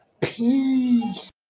Peace